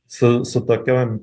su su tokiom